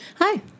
Hi